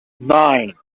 nine